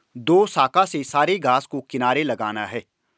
दोशाखा से सारे घास को किनारे लगाना है